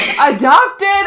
adopted